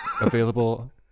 Available